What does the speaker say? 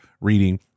reading